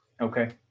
Okay